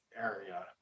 area